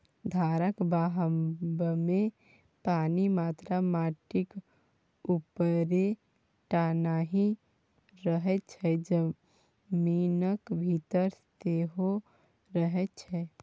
धारक बहावमे पानि मात्र माटिक उपरे टा नहि रहय छै जमीनक भीतर सेहो रहय छै